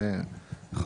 להערכתנו,